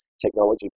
technology